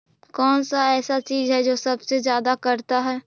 कौन सा ऐसा चीज है जो सबसे ज्यादा करता है?